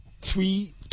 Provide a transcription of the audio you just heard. three